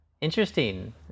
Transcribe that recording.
Interesting